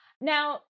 Now